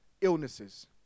illnesses